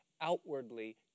outwardly